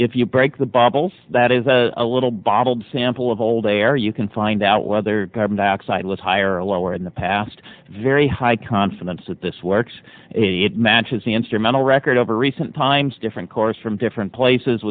if you break the bottles that is a little bottled sample of old air you can find out whether carbon dioxide was higher or lower in the past very high confidence that this works it matches the instrumental record over recent times different course from different places